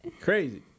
Crazy